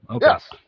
yes